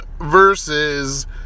versus